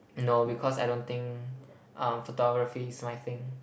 no because I don't think uh photography is my thing